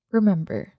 Remember